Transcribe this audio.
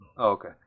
Okay